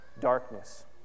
darkness